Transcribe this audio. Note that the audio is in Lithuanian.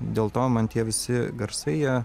dėl to man tie visi garsai jie